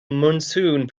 monsoon